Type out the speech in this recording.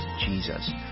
Jesus